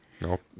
Nope